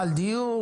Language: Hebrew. דיור,